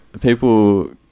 people